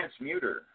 transmuter